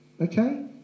Okay